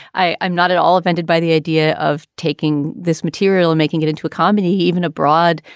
i'm not at all offended by the idea of taking this material or making it into a comedy, even abroad.